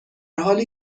حالی